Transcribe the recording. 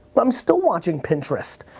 i'm still watching pintrest,